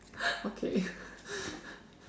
okay